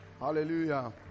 hallelujah